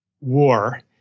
war